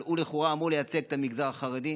אבל הוא לכאורה אמור לייצג את המגזר החרדי.